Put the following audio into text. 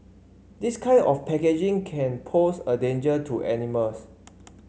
this kind of packaging can pose a danger to animals